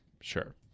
Sure